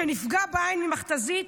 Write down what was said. שנפגע בעין ממכת"זית,